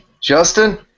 Justin